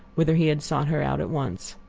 whither he had sought her out at once.